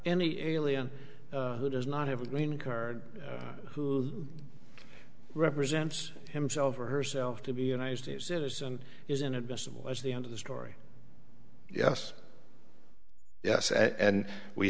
any alien who does not have a green card who represents himself or herself to be united states citizen is inadmissible as the end of the story yes yes and we